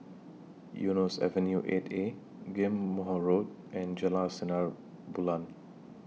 Eunos Avenue eight A Ghim Moh Road and Jalan Sinar Bulan